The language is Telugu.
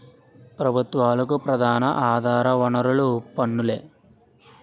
ప్రభుత్వాలకు ప్రధాన ఆధార వనరులు పన్నులే